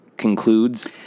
Concludes